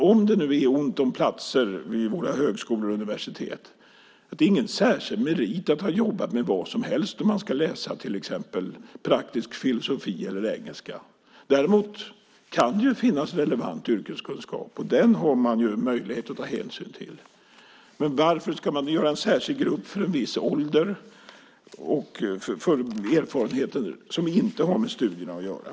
Om det är ont om platser vid våra högskolor och universitet är det väl självklart att det inte är någon särskild merit att ha jobbat med vad som helst om man ska läsa till exempel praktisk filosofi eller engelska. Däremot kan det finnas relevant yrkeskunskap, och den har man möjlighet att ta hänsyn till. Varför ska man göra en särskild grupp för en viss ålder med erfarenheter som inte har med studierna att göra?